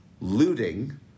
looting